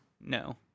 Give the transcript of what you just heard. no